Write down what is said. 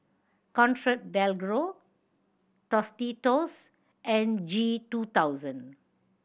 ComfortDelGro Tostitos and G two thousand